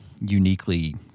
uniquely